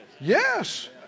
Yes